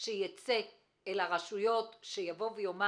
אותם פקחי רט"ג נמצאים בשטח באופן כללי וגילינו שזה מציק גם לנו.